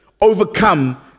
overcome